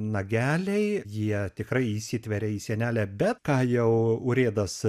nageliai jie tikrai įsitveria į sienelę bet ką jau urėdas